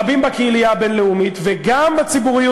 רבים בקהילייה הבין-לאומית וגם בציבוריות